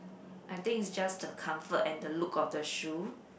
I think it is just the comfort and the look of the shoe